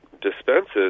dispenses